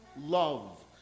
love